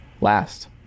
last